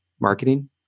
marketing